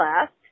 left